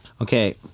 Okay